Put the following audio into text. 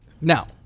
Now